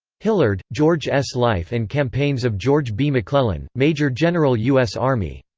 hillard, george s. life and campaigns of george b. mcclellan, major-general u s. army.